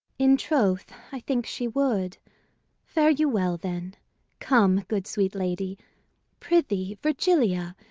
in troth, i think she would fare you well, then come, good sweet lady pr'ythee, virgilia,